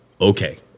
okay